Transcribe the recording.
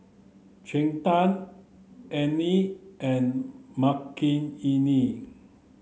Chetan Anil and Makineni